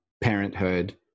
parenthood